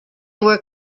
were